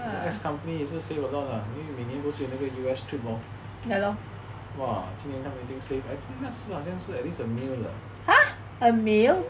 ex company also save a lot lah 因为每年都有那个 U_S trip mah !wah! 今年他们 I think save a mil~ ah